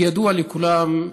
כידוע לכולם,